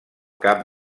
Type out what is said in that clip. cap